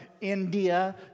India